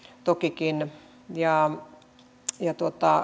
tokikin ja